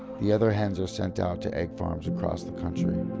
the other hens are sent out to egg farms across the country.